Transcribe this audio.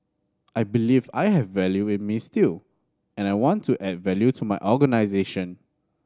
I believe I have value in me still and I want to add value to my organisation